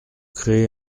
créez